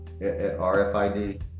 RFID